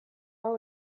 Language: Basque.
hau